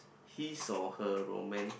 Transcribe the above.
his or her romances